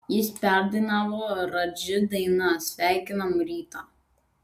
jis perdainavo radži dainą sveikinam rytą